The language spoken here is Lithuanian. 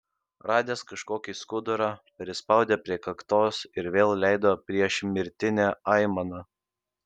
radęs kažkokį skudurą prispaudė prie kaktos ir vėl leido priešmirtinę aimaną